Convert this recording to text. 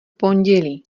pondělí